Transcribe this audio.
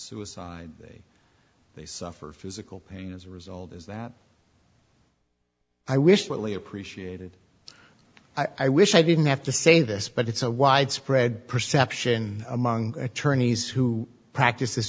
suicide they suffer physical pain as a result is that i wish really appreciated i wish i didn't have to say this but it's a widespread perception among attorneys who practice this